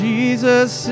Jesus